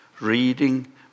Reading